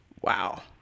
Wow